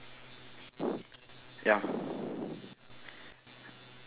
ya